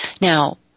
Now